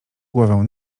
głowę